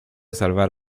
salvar